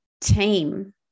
team